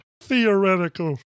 Theoretical